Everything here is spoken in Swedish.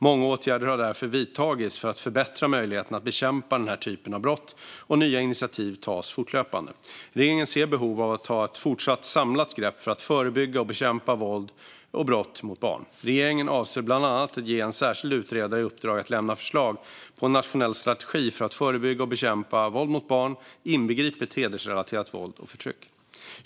Många åtgärder har därför vidtagits för att förbättra möjligheterna att bekämpa den här typen av brott, och nya initiativ tas fortlöpande. Regeringen ser behov av att ta ett fortsatt samlat grepp för att förebygga och bekämpa våld och brott mot barn. Regeringen avser bland annat att ge en särskild utredare i uppdrag att lämna förslag på en nationell strategi för att förebygga och bekämpa våld mot barn, inbegripet hedersrelaterat våld och förtryck.